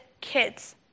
kids